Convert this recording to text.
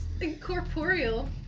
incorporeal